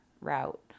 route